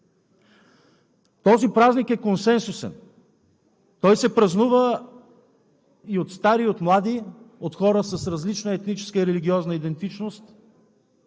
Този празник е консенсусен. Той се празнува и от стари, и от млади – от хора с различна етническа и религиозна идентичност.